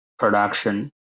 Production